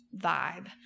vibe